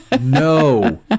no